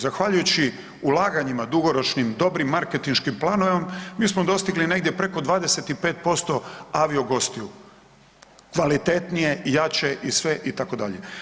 Zahvaljujući ulaganjima dugoročnim, dobrim marketinškim planom mi smo dostigli negdje preko 25% aviogostiju, kvalitetnije, jače i sve itd.